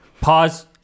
Pause